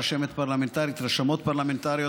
רשמות פרלמנטריות,